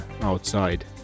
outside